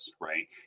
right